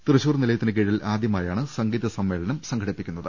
തൃശൂർ നിലയത്തിന് കീഴിൽ ആദ്യമായാണ് സംഗീതസമ്മേളനം സംഘടിപ്പിക്കുന്നത്